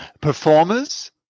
performers